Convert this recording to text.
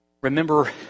Remember